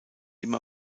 immer